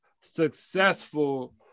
successful